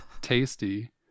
tasty